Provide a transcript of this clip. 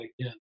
again